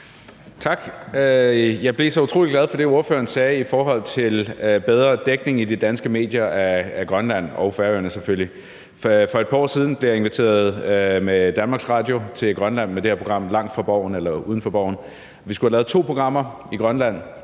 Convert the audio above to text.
Tak. Jeg blev så utrolig glad for det, ordføreren sagde, i forhold til bedre dækning i de danske medier af Grønland, og Færøerne selvfølgelig. For et par år siden blev jeg inviteret med Danmarks Radio til Grønland med programmet »Langt fra Borgen«. Vi skulle have lavet to programmer i Grønland.